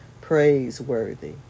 praiseworthy